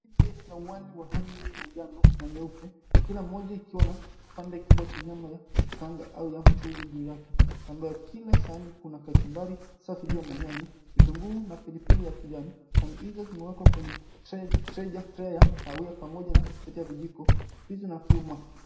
Mbili za wali wa rangi ya njano na nyeupe. Kila mmoja akiona kipande kikubwa cha nyama ya kukaanga au ya mchuzi juu yake. Kando ya kila sahani kuna kachumbari safi iliyo na nyanya, vitunguu na pilipili ya kijani. Sahani hizo zimewekwa kwenye treja, treya ya kawa ya pamoja na seti ya vijiko. Visi na uma.